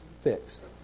fixed